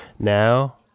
Now